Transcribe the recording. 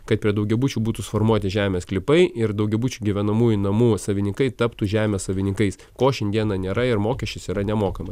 kad prie daugiabučių būtų suformuoti žemės sklypai ir daugiabučių gyvenamųjų namų savininkai taptų žemės savininkais ko šiandieną nėra ir mokesčius yra nemokamai